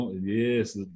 yes